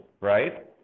right